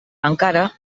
encara